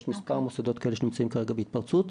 יש מספר מוסדות כאלה שנמצאים כרגע בהתפרצות,